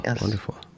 Wonderful